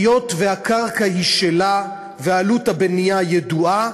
היות שהקרקע היא שלה ועלות הבנייה ידועה,